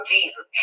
Jesus